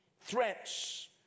Threats